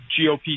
GOP